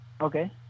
okay